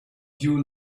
you